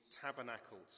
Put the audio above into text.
tabernacled